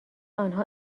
آنها